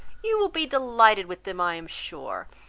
you will be delighted with them i am sure.